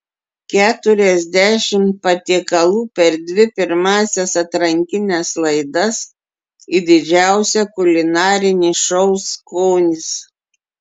keturiasdešimt patiekalų per dvi pirmąsias atrankines laidas į didžiausią kulinarinį šou skonis